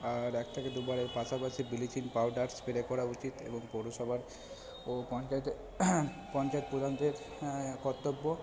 আর এক থেকে দুবার এর পাশাপাশি ব্লিচিং পাউডার স্প্রে করা উচিত এবং পৌরসভার ও পঞ্চায়েতের পঞ্চায়েত প্রধানদের কর্তব্য